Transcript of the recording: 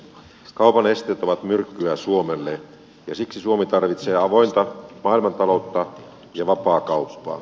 kaupan esteet ovat myrkkyä suomelle ja siksi suomi tarvitsee avointa maailmantaloutta ja vapaakauppaa